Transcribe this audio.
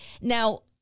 Now